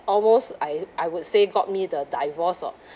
almost I I would say got me the divorce orh